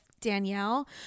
Danielle